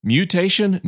Mutation